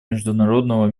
международного